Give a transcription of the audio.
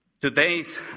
Today's